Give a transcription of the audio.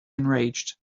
enraged